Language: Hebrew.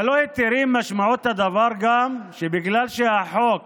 ללא היתרים, משמעות הדבר גם, בגלל שהחוק